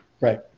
Right